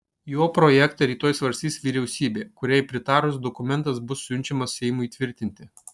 jo projektą rytoj svarstys vyriausybė kuriai pritarus dokumentas bus siunčiamas seimui tvirtinti